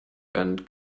and